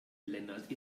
lennart